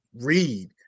read